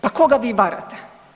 Pa koga vi varate?